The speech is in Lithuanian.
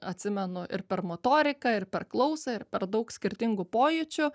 atsimenu ir per motoriką ir per klausą ir per daug skirtingų pojūčių